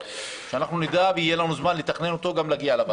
שאנחנו נדע ושיהיה לנו זמן לתכנן אותו ולהגיע לוועדה.